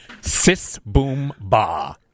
Sis-boom-ba